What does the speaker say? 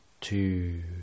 two